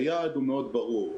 היעד הוא מאוד ברור,